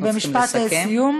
אני במשפט סיום.